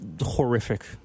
horrific